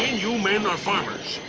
ah you men are farmers.